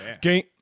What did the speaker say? game